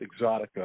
Exotica